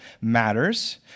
matters